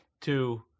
Two